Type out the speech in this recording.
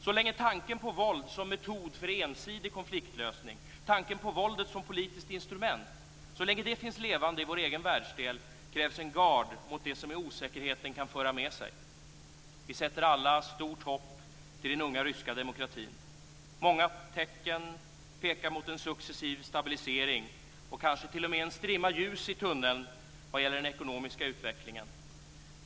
Så länge tanken på våld som metod för ensidig konfliktlösning, tanken på våldet som politiskt instrument finns levande i vår egen världsdel krävs en gard mot det som osäkerheten kan föra med sig. Vi sätter alla stort hopp till den unga ryska demokratin. Många tecken pekar mot en successiv stabilisering och kanske t.o.m. en strimma ljus i tunneln vad gäller den ekonomiska utvecklingen.